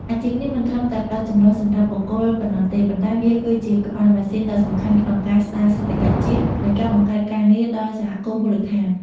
អាជីពនេះមិនត្រឹមតែផ្ដល់ចំណូលសម្រាប់បុគ្គលប៉ុណ្ណោះទេ ប៉ុន្តែវាគឺជាក្បាលម៉ាស៊ីនដ៏សំខាន់ក្នុងការស្ដារសេដ្ឋកិច្ចជាតិ និងការបង្កើតការងារដល់សហគមន៍មូលដ្ឋាន។